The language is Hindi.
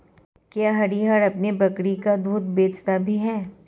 क्या हरिहर अपनी बकरी का दूध बेचता भी है?